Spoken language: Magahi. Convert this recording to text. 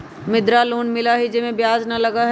मुद्रा लोन मिलहई जे में ब्याज न लगहई?